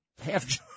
Half